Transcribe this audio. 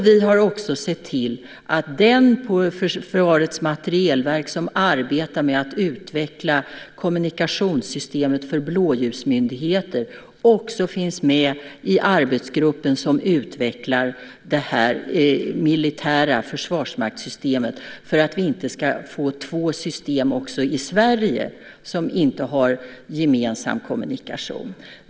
Vi har också sett till att den på Försvarets materielverk som arbetar med att utveckla kommunikationssystemet för blåljusmyndigheter finns med i arbetsgruppen som utvecklar det militära försvarsmaktssystemet, för att vi inte ska få två system också i Sverige som inte har gemensam kommunikation.